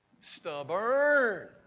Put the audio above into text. Stubborn